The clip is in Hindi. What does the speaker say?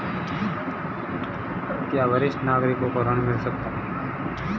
क्या वरिष्ठ नागरिकों को ऋण मिल सकता है?